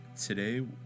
Today